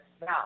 Now